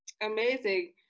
Amazing